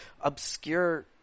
obscure